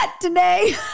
today